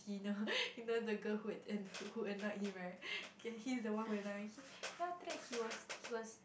he know he know the girl who annoyed him right K he's the one who everytime tell me after that he was he was